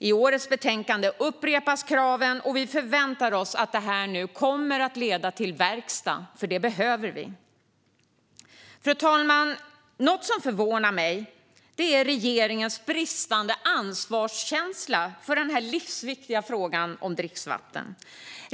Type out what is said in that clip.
I årets betänkande upprepas kravet, och vi förväntar oss att det nu kommer att leda till verkstad, för det behöver vi. Fru talman! Något som förvånar mig är regeringens bristande ansvarskänsla för den livsviktiga frågan om dricksvatten.